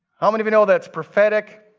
how many of you know that's prophetic?